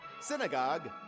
synagogue